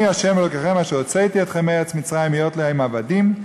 אני ה' אלוהיכם אשר הוצאתי אתכם מארץ מצרים מִהְיֹת להם עבדים.